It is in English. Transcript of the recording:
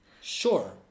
Sure